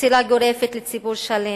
פסילה גורפת של ציבור שלם.